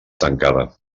tancada